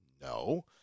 No